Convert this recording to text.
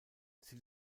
sie